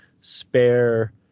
spare